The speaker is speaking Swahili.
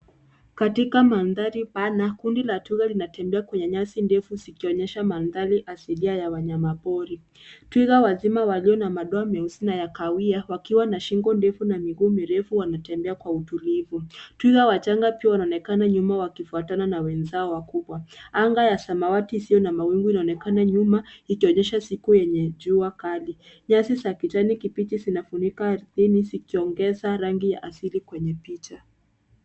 Katika mandhari pana, Kundi la twiga linatembea kwenye nyasi ndefu zikionyesha mandhari asilia ya wanyapori. Twiga wazima walio na madoa meusi na ya kahawia wakiwa na shingo ndefu na miguu mirefu wanatembea kwa utulivu. Twiga wachanga pia wanaonekana nyuma wakifuatana na wenzao wakubwa. Anga ya samawati isiyo na mawingu inaonekana nyuma ikionyesha siku yenye jua kali. Nyasi za kijani kibichi zinafunika ardhini zikiongeza rangi ya asili kwenye picha.